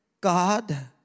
God